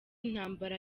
intambara